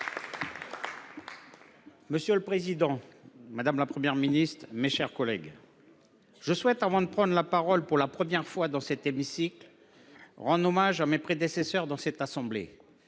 Monsieur le président, madame la Première ministre, mes chers collègues, avant de prendre la parole pour la première fois dans cet hémicycle, je veux rendre hommage à mes prédécesseurs dans cette assemblée